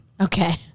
Okay